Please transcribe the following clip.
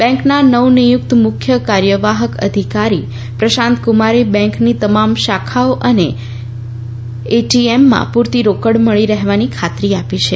બેંકના નવનિયુકત મુખ્ય કાર્યવાહક અધિકારી પ્રશાંત કુમારે બેંકની તમામ શાખાઓ અને એટીએમમાં પુરતી રોકડ મળી રહેવાની ખાતરી આપી છે